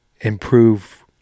improve